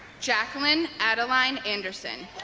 jacqueline adeline anderson